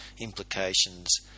Implications